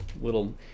little